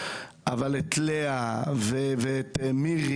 אבל את לאה ומירי,